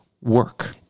work